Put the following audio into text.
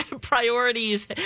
priorities